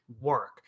work